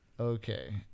okay